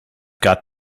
got